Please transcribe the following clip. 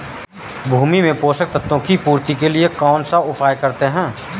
भूमि में पोषक तत्वों की पूर्ति के लिए कौनसा उपाय करते हैं?